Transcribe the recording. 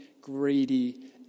greedy